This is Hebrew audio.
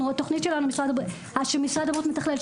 התוכנית שמשרד הבריאות מתכלל,